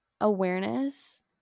awareness